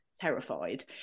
terrified